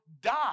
die